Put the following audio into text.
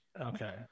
Okay